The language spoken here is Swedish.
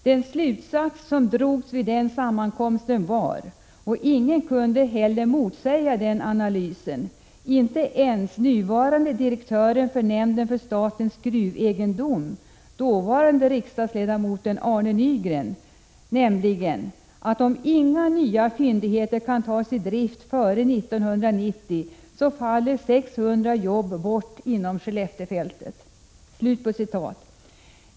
Den slutsats som drogs vid denna sammankomst var — och ingen kunde motsäga analysen, inte ens nuvarande direktören för nämnden för statens gruvegendom, tidigare riksdagsledamoten Arne Nygren — att om inga nya fyndigheter kan tas i drift före 1990 faller 600 jobb bort inom Skelleftefältet.